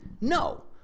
No